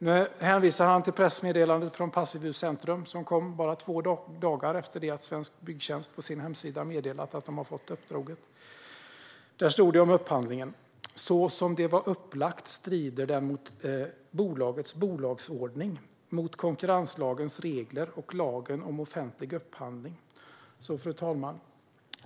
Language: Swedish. Han hänvisar nu till det pressmeddelande från Passivhuscentrum som kom bara två dagar efter att Svensk Byggtjänst på sin hemsida meddelade att de hade fått uppdraget. I pressmeddelandet stod det om upphandlingen att "så som det var upplagt så strider den mot bolagets bolagsordning, mot konkurrenslagens regler och lagen om offentlig upphandling". Fru talman!